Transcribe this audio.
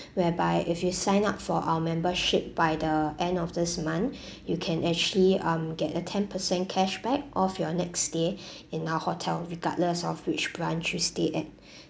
whereby if you sign up for our membership by the end of this month you can actually um get a ten percent cashback off your next stay in our hotel regardless of which branch you stay at